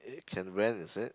eh can rent is it